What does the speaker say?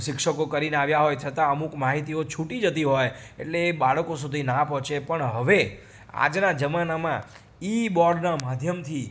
શિક્ષકો કરીને આવ્યા હોય છતાં અમુક માહિતીઓ છૂટી જતી હોય એટલે એ બાળકો સુધી ના પહોંચે પણ હવે આજના જમાનામાં ઇબોર્ડના માધ્યમથી